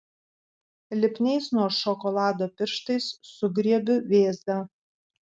lipniais nuo šokolado pirštais sugriebiu vėzdą